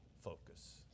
focus